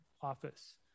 office